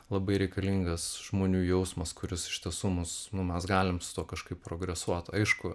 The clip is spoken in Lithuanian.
labai reikalingas žmonių jausmas kuris iš tiesų mus nu mes galim kažkaip progresuot aišku